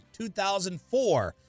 2004